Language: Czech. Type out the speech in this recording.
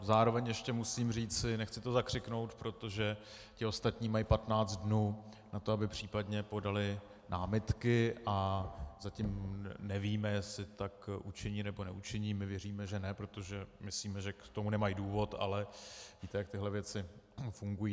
Zároveň ještě musím říci nechci to zakřiknout, protože ti ostatní mají 15 dnů na to, aby případně podali námitky, a zatím nevíme, jestli tak učiní, nebo neučiní, my věříme, že ne, protože myslíme, že k tomu nemají důvod, ale víte, jak tyhle věci fungují.